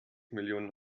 millionen